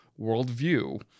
worldview